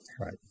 Right